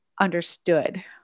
understood